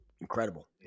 incredible